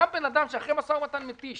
גם אדם שאחרי משא ומתן מתיש